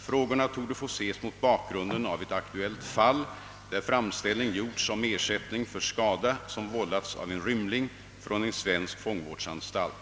Frågorna torde få ses mot bakgrunden av ett aktuellt fall, där framställning gjorts om ersättning för skada som vållats av en rymling från en svensk fångvårdsanstalt.